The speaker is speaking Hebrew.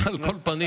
על כל פנים,